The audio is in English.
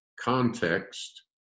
context